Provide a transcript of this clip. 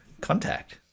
contact